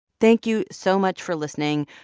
thank you so much for listening.